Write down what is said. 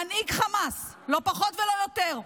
מנהיג חמאס לא פחות ולא יותר,